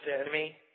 enemy